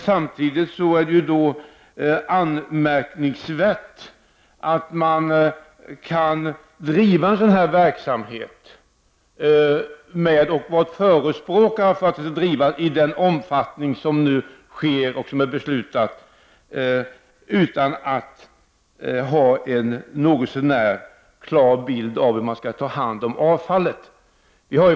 Samtidigt är det anmärkningsvärt att man kan driva en sådan här verksamhet och förespråka att den skall drivas i den omfattning som nu sker och som man har fattat beslut om, utan att ha en något så när klar bild av hur man skall ta hand om avfallet.